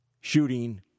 shooting